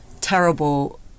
terrible